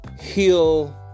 heal